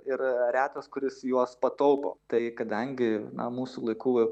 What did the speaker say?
ir retas kuris juos pataupo tai kadangi na mūsų laikų